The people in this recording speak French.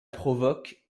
provoque